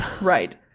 Right